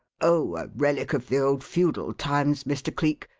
oh, a relic of the old feudal times, mr. cleek.